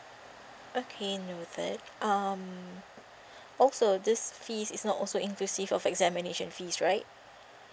okay noted um also these fees is not also inclusive of examination fees right